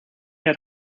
had